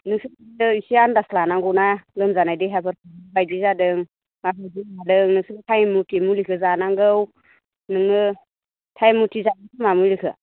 नोंसोर एसे आनदास लानांगौना लोमजानाय देहाफोरखौ मा बायदि जादों मा बायदि मादों नोंसोरबो टाइम मथे मुलिखौ जानांगौ नोङो टाइम मथे जाया नामा मुलिखो